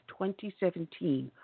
2017